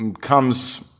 comes